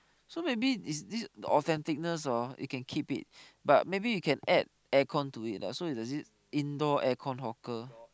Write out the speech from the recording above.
so maybe is this the authenticness orh you can keep it but maybe you can add air con to it lah so there is this indoor air con hawker